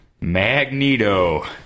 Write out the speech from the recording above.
Magneto